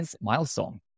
milestone